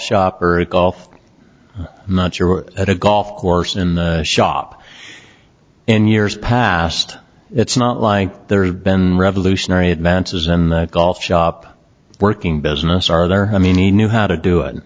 shop or golf not sure at a golf course in the shop in years past it's not lying there have been revolutionary advances in the golf shop working business are there i mean he knew how to do it